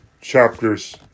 chapters